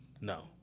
No